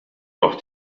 noch